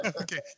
Okay